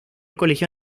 colegio